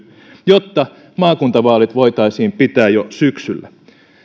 jotta maakuntavaalit voitaisiin pitää jo syksyllä